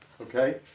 Okay